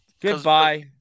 Goodbye